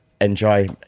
enjoy